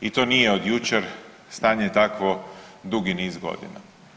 I to nije od jučer, stanje je takvo dugi niz godina.